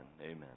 amen